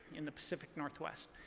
in the pacific northwest?